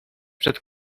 przed